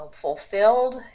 fulfilled